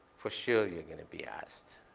for sure, you're going to be asked.